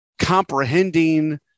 comprehending